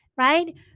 right